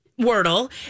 Wordle